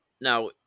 Now